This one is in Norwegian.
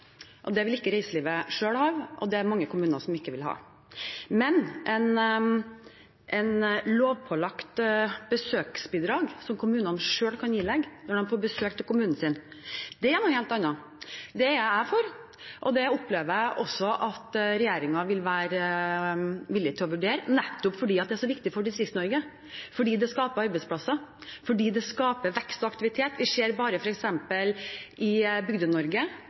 Det vil ikke reiselivet selv ha, og det er det mange kommuner som ikke vil ha. Et lovpålagt besøksbidrag som kommunene selv kan ilegge når de får besøk til kommunen sin, er noe helt annet. Det er jeg for, og det opplever jeg også at regjeringen vil være villig til å vurdere, nettopp fordi det er så viktig for Distrikts-Norge. Det skaper arbeidsplasser, og det skaper vekst og aktivitet. I deler av Bygde-Norge, f.eks. i Øyer eller Hemsedal, ser vi en voldsom utvikling og vekst i